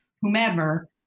whomever